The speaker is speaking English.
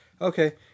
Okay